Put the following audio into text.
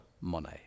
money